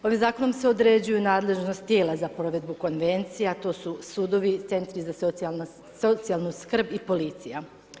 Ovim zakonom se određuju nadležnost tijela za provedbu konvencija a to su sudovi, centri za socijalnu skrb i policija.